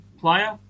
player